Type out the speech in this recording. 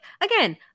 again